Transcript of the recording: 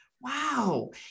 Wow